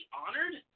honored